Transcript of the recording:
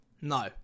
No